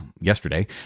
yesterday